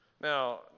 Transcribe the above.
Now